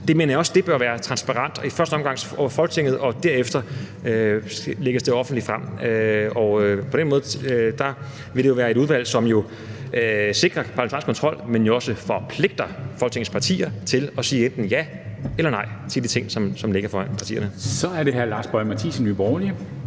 også bør være transparent, sådan at det i første omgang fremlægges for Folketinget og derefter lægges offentligt frem. På den måde vil det jo være et udvalg, som sikrer parlamentarisk kontrol, men jo også forpligter Folketingets partier til at sige enten ja eller nej til de ting, som ligger foran partierne. Kl. 13:20 Formanden (Henrik